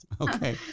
Okay